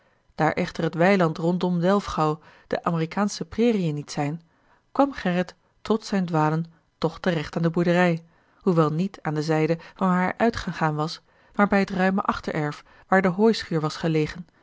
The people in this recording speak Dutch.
daar echter het weiland rondom a l g bosboom-toussaint de merikaansche prairiën niet zijn kwam gerrit trots zijn dwalen toch te recht aan de boerderij hoewel niet aan de zijde vanwaar hij uitgegaan was maar bij het ruime achtererf waar de hooischuur was gelegen